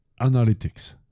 analytics